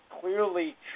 clearly